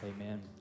Amen